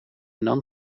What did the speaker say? non